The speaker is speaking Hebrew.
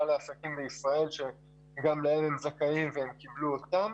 העסקים בישראל שגם להם הם זכאים והם קיבלו אותם.